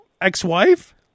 ex-wife